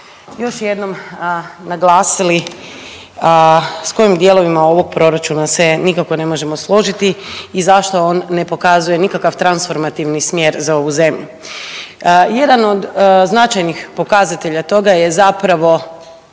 još jednom naglasili s kojim dijelovima ovog proračuna se nikako ne možemo složiti i zašto on ne pokazuje nikakav transformativni smjer za ovu zemlju. Jedan od značajnih pokazatelja toga je zapravo